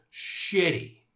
shitty